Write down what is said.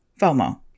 FOMO